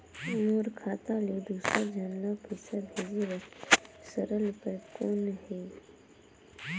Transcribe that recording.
मोर खाता ले दुसर झन ल पईसा भेजे बर सरल उपाय कौन हे?